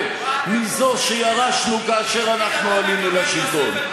מזו שירשנו כאשר אנחנו עלינו לשלטון.